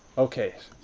okay,